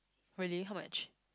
really how much